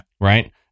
Right